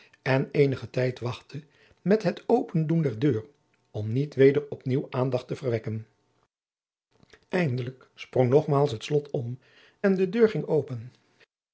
en eenigen tijd wachtte met het opendoen der deur om niet weder op nieuw aandacht te verwekken eindelijk sprong nogmaals het slot om en de deur ging open